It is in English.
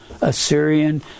Assyrian